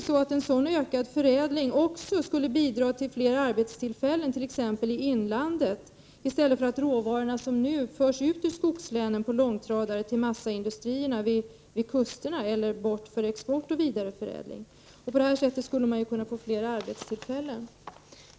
Skulle inte en ökad förädling bidra till att ge fler arbetstillfällen, t.ex. i inlandet, varvid inte som nu råvarorna skulle föras ut ur skogslänen på långtradare till massaindustrierna vid kusterna eller längre bort för export och vidareförädling? På det här sättet skulle man kunna få flera arbetstillfällen.